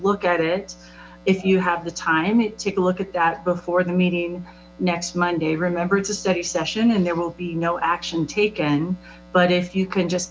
look at it if you have the time and take a look at that before the meeting next monday remember it's a study session and there will be no action taken but if you can just